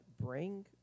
Bring